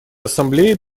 ассамблее